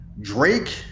Drake